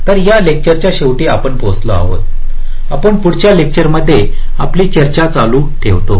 तर या लेक्चरच्या शेवटी पोहचलो आहोत आपण पुढच्या लेक्चर मध्ये आपली चर्चा चालू ठेवतो